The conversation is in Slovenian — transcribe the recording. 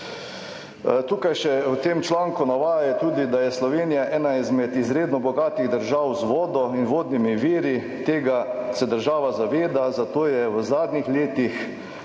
Tukaj še v tem članku navaja tudi, da je Slovenija ena izmed izredno bogatih držav z vodo in vodnimi viri, tega se država zaveda, zato je v zadnjih letih